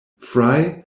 fry